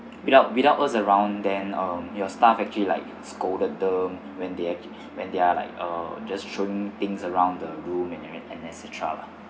without without us around then um your staff actually like scolded them when they ac~ when they are like uh just throwing things around the room and then and and etcetera lah